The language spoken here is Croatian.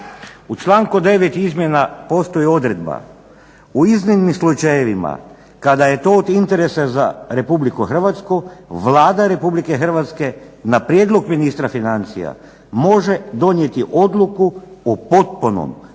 U članku 9. izmjena postoji odredba: u iznimnim slučajevima, kada je to od interesa za Republiku Hrvatsku Vlada Republike Hrvatske na prijedlog ministra financija može donijeti odluku o potpunom ili